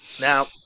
now